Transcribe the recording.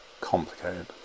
complicated